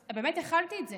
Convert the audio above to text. אז באמת הכלתי את זה.